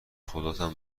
خداتم